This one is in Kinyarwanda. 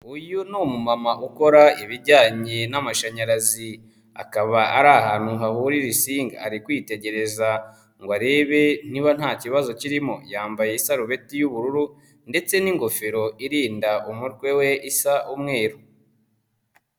Uyu ni umu mama ukora ibijyanye n'amashanyarazi. Akaba ari ahantu hahurira insinga ari kwitegereza ngo arebe niba nta kibazo kirimo. Yambaye isarubeti y'ubururu ndetse n'ingofero irinda umutwe we isa umweru.